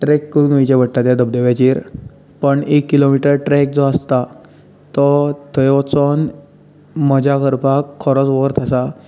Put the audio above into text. track करून वयचें पडटा त्या धबधब्याचेर पण एक किलोमिटर ट्रॅक जो आसता तो थंय वचोन मजा करपाक खरोच वर्थ आसा